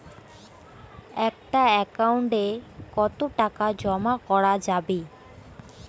একটা একাউন্ট এ কতো টাকা জমা করা যাবে?